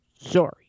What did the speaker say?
sorry